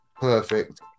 perfect